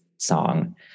Song